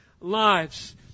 lives